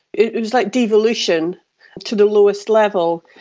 it was like devolution to the lowest level.